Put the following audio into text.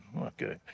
Okay